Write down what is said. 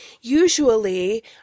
usually